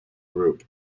group